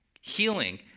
healing